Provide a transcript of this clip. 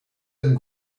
and